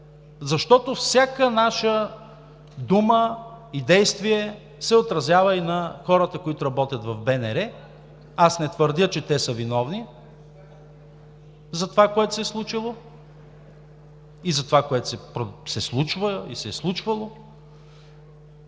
защото всяка наша дума и действие се отразява и на хората, които работят в БНР. Аз не твърдя, че те са виновни за това, което се е случило, което се случва и се е случвало,